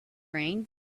rain